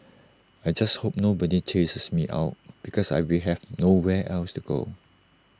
I just hope nobody chases me out because I will have nowhere else to go